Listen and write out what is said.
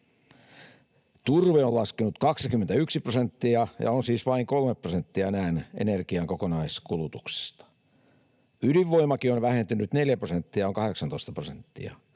Turve on laskenut 21 prosenttia ja on siis vain 3 prosenttia energian kokonaiskulutuksesta. Ydinvoimakin on vähentynyt 4 prosenttia ja on 18 prosenttia.